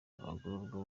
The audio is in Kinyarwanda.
abagororwa